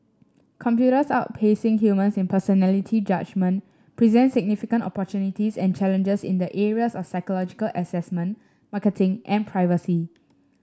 computers outpacing humans in personality judgement presents significant opportunities and challenges in the areas of psychological assessment marketing and privacy